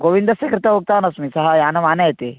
गोविन्दस्य कृते उक्तवानस्मि सः यानमानयति